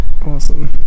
awesome